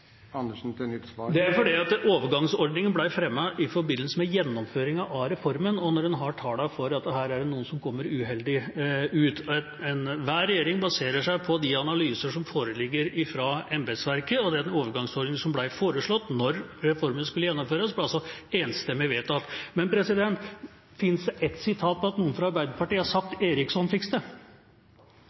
Det er fordi overgangsordningen ble fremmet i forbindelse med gjennomføringen av reformen, da en hadde tallene for at det her var noen som kom uheldig ut. Enhver regjering baserer seg på de analyser som foreligger fra embetsverket, og den overgangsordninga som ble foreslått da reformen skulle gjennomføres, ble enstemmig vedtatt. Finnes det ett sitat på at noen fra Arbeiderpartiet har sagt: «Eriksson, fiks det!»?